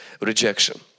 rejection